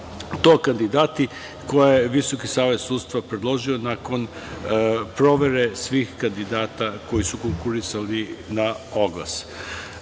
su kandidati koje je Visoki savet sudstva predložio nakon provere svih kandidata koji su konkurisali na oglas. Meni